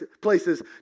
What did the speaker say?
places